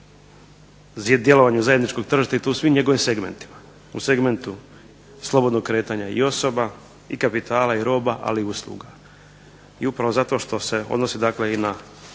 djelovanju zajedničkog tržišta i to u svim njegovim segmentima. U segmentu slobodnog kretanja i osoba i kapitala i roba, ali i usluga. I upravo zato što se odnosi na